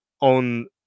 on